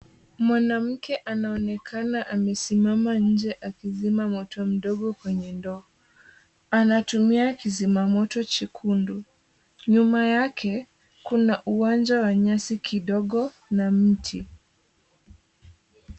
Mwanamke anaonekana amesimama inje akizima moto mdogo kwenye ndoo. Anatumia kuzima moto chekundu. Nyuma yake, kuna uwanja wa nyasi kidogo na mti.